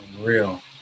Real